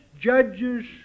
judges